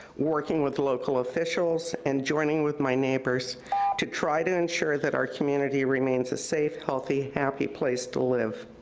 working with local officials, and joining with my neighbors to try to ensure that our community remains a safe, healthy, happy place to live.